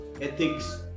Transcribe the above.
ethics